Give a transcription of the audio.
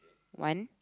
one